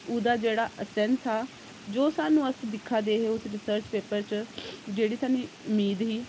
ओह्दा जेह्ड़ा असैंस हा जो स्हानू दिक्खै दे हे उस रिसर्च पेपर च जेह्ड़ी स्हानू उम्मीद ही ओह् चीज